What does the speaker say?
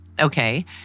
Okay